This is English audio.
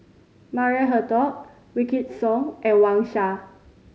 Maria Hertogh Wykidd Song and Wang Sha